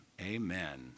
amen